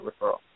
referral